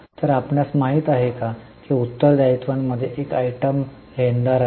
तर आपणास माहित आहे की उत्तरदायित्वांमध्ये एक आयटम लेनदार होते